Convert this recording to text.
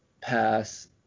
pass